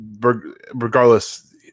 regardless